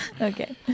Okay